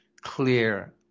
clear